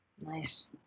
Nice